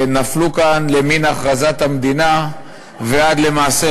שנפלו כאן למן הכרזת המדינה ועד למעשה